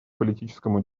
политическому